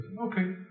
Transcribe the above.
Okay